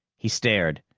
he stared,